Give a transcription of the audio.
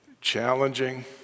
Challenging